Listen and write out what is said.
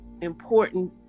important